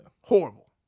Horrible